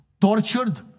tortured